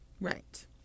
right